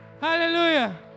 Hallelujah